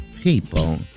People